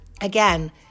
again